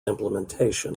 implementation